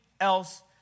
else